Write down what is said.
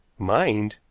mind?